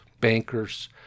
bankers